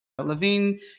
Levine